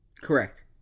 Correct